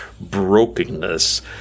brokenness